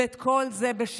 וכל זה,